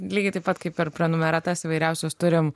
lygiai taip pat kaip ir prenumerata įvairiausios turime